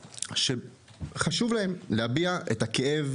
והיא לעשות כל שביכולתנו כדי לאפשר קיום